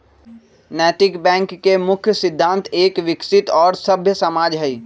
नैतिक बैंक के मुख्य सिद्धान्त एक विकसित और सभ्य समाज हई